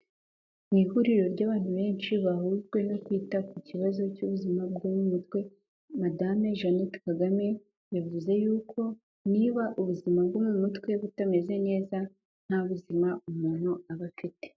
Ni ihuriro ry'abantu benshi, bahujwe no kwita ku kibazo cy'ubuzima bwo mu mutwe, Madame Jeannette Kagame yavuze yuko, niba ubuzima bwo mu mutwe butameze neza nta buzima umuntu aba afite.